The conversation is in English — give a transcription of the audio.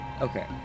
Okay